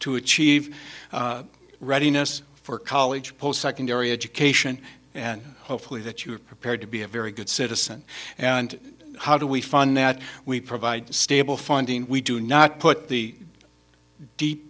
to achieve readiness for college post secondary education and hopefully that you are prepared to be a very good citizen and how do we fund that we provide stable funding we do not put the deep